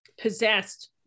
possessed